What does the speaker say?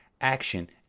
action